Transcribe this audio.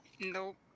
Nope